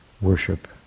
worship